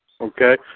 Okay